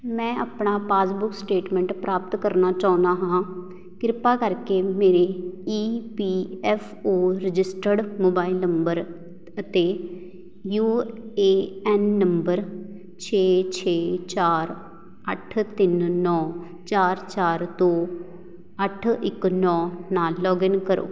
ਮੈਂ ਆਪਣਾ passbook statement ਪ੍ਰਾਪਤ ਕਰਨਾ ਚਾਹੁੰਦਾ ਹਾਂ ਕਿਰਪਾ ਕਰਕੇ ਮੇਰੇ E P F O registered mobile number ਅਤੇ ਯੂ ਏ ਐਨ ਨੰਬਰ ਛੇ ਛੇ ਚਾਰ ਅੱਠ ਤਿੰਨ ਨੌਂ ਚਾਰ ਚਾਰ ਦੋ ਅੱਠ ਇੱਕ ਨੌਂ ਨਾਲ ਲੌਗਇਨ ਕਰੋ